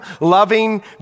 loving